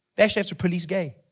they actually have to police gay.